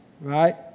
right